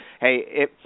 Hey